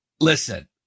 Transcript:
Listen